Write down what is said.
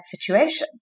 situation